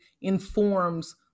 informs